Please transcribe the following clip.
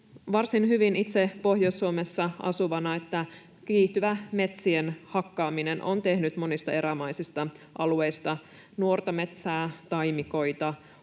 varsin hyvin itse Pohjois-Suomessa asuvana, että kiihtyvä metsien hakkaaminen on tehnyt monista erämaisista alueista nuorta metsää, taimikoita